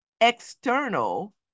external